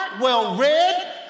well-read